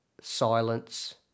silence